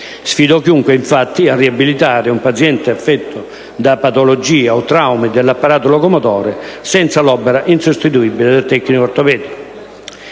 Sfido chiunque, infatti, a riabilitare un paziente affetto da patologie o traumi dell'apparato locomotore senza l'opera insostituibile del tecnico ortopedico.